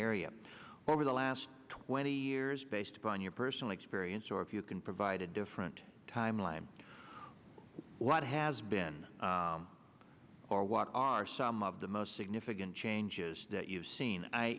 area over the last twenty years based upon your personal experience or if you can provide a different timeline of what has been or was are some of the most significant changes that you've seen